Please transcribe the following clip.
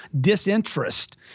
disinterest